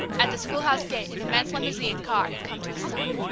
at the schoolhouse gate an immense limousine car had come to a stop.